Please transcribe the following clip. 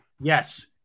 Yes